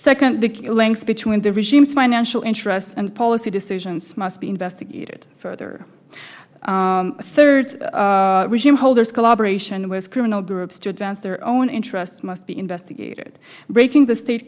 second the killings between the regimes financial interests and policy decisions must be investigated further third regime holders collaboration with criminal groups to advance their own interests must be investigated breaking the state